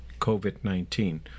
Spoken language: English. COVID-19